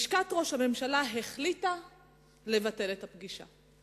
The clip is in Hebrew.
לשכת ראש הממשלה החליטה לבטל את הפגישה.